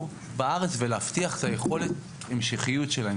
בארץ ולהבטיח את יכולת ההמשכיות שלהם,